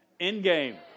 Endgame